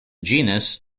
genus